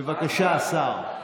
בבקשה, השר.